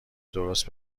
درست